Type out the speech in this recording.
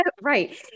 Right